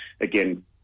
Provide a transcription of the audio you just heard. again